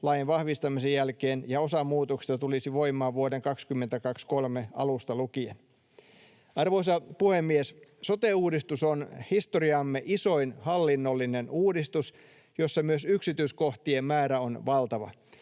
lain vahvistamisen jälkeen ja osa muutoksista tulisi voimaan vuoden 2023 alusta lukien. Arvoisa puhemies! Sote-uudistus on historiamme isoin hallinnollinen uudistus, jossa myös yksityiskohtien määrä on valtava.